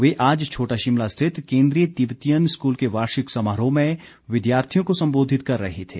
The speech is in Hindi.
वे आज छोटा शिमला स्थित केंद्रीय तिब्बतीयन स्कूल के वार्षिक समारोह में विद्यार्थियों को संबोधित कर रहे थे